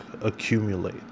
accumulate